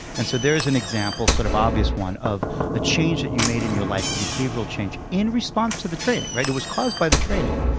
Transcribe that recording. and so there's an example, a sort of obvious one, of a change that you made in your life, a behavioral change. in response to the training, right? it was caused by the training.